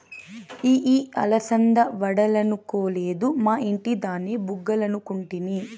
ఇయ్యి అలసంద వడలనుకొలేదు, మా ఇంటి దాని బుగ్గలనుకుంటిని